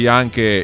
anche